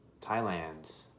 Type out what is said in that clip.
Thailand